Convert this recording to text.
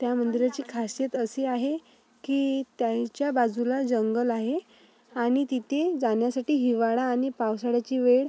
त्या मंदिराची खासियत अशी आहे की त्याच्या बाजूला जंगल आहे आणि तिथे जाण्यासाठी हिवाळा आणि पावसाळ्याची वेळ